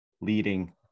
leading